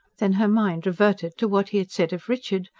then her mind reverted to what he had said of richard,